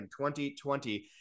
2020